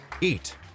eat